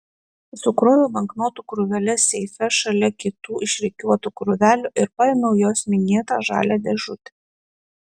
sukroviau banknotų krūveles seife šalia kitų išrikiuotų krūvelių ir paėmiau jos minėtą žalią dėžutę